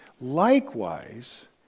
Likewise